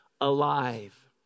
alive